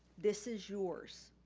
this is yours.